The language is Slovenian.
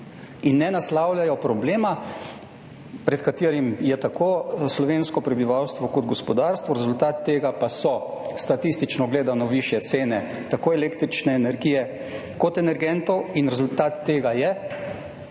in ne naslavljajo problema pred katerim je tako slovensko prebivalstvo kot gospodarstvo. Rezultat tega pa so statistično gledano višje cene tako električne energije kot energentov. In rezultat tega je,